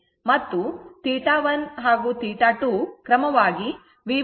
ಮತ್ತು θ ಒಂದು θ2 ಕ್ರಮವಾಗಿ V1 ಮತ್ತು V2 ಗಳ ಕೋನಗಳಾಗಿವೆ